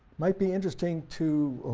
might be interesting to